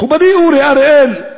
מכובדי אורי אריאל,